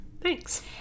Thanks